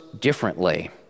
differently